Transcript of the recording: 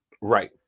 right